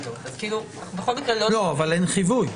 אבל אין חיווי.